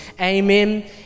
Amen